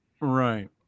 right